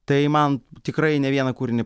tai man tikrai ne vieną kūrinį